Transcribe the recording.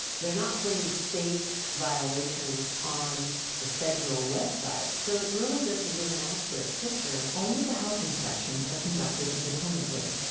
they're not putting state violations on the federal website, so it really doesn't give an accurate picture. only the health inspections are conducted independently.